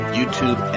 YouTube